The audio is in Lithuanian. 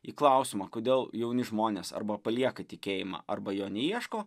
į klausimą kodėl jauni žmonės arba palieka tikėjimą arba jo neieško